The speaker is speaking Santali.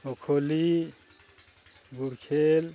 ᱯᱳᱠᱷᱳᱞᱤ ᱜᱩᱲᱠᱷᱮᱞ